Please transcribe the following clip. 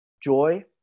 joy